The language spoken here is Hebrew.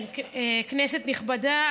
כנסת נכבדה,